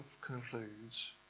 concludes